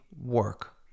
work